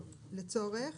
לצורך